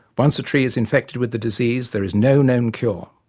once a tree is infected with the disease, there is no known cure.